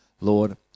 Lord